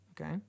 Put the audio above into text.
Okay